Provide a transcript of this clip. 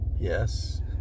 Yes